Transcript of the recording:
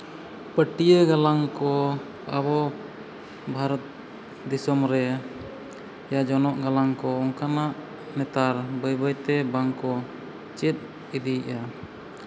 ᱯᱟᱹᱴᱭᱟᱹ ᱜᱟᱞᱟᱝ ᱠᱚ ᱟᱵᱚ ᱵᱷᱟᱨᱚᱛ ᱫᱤᱥᱚᱢ ᱨᱮ ᱭᱟ ᱡᱚᱱᱚᱜ ᱜᱟᱞᱟᱝ ᱠᱚ ᱚᱱᱠᱟᱱᱟᱜ ᱱᱮᱛᱟᱨ ᱵᱟᱹᱭ ᱵᱟᱹᱭ ᱛᱮ ᱵᱟᱝᱠᱚ ᱪᱮᱫ ᱤᱫᱤᱭᱮᱜᱼᱟ